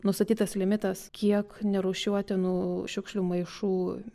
nustatytas limitas kiek nerūšiuotinų šiukšlių maišų